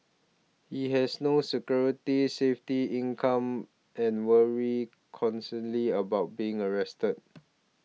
he has no security safety income and worried constantly about being arrested